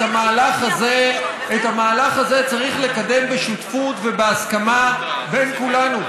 את המהלך הזה צריך לקדם בשותפות ובהסכמה בין כולנו,